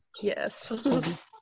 Yes